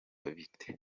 bite